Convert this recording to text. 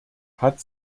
hat